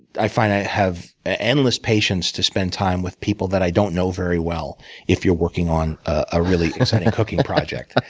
i find i have ah endless patience to spend time with people that i don't know very well if you're working on a really intimate and cooking project.